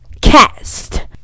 cast